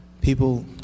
people